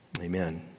Amen